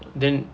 then